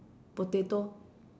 potato